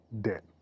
debt